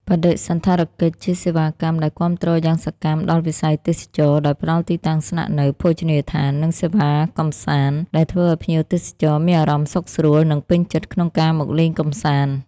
បដិសណ្ឋារកិច្ច ជាសេវាកម្មដែលគាំទ្រយ៉ាងសកម្មដល់វិស័យទេសចរណ៍ ដោយផ្តល់ទីតាំងស្នាក់នៅ ភោជនីយដ្ឋាន និងសេវាកម្សាន្ត ដែលធ្វើឲ្យភ្ញៀវទេសចរមានអារម្មណ៍សុខស្រួល និងពេញចិត្តក្នុងការមកលេងកម្សាន្ត។